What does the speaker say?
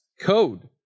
code